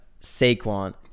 Saquon